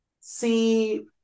see